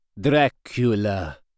Dracula